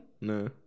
no